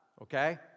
Okay